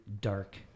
dark